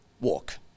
walk